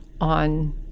on